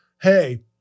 Hey